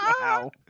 Wow